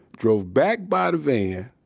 drove back by the van,